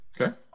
Okay